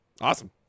Awesome